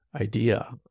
idea